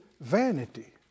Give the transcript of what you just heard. vanity